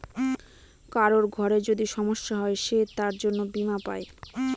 কারোর ঘরে যদি সমস্যা হয় সে তার জন্য বীমা পাই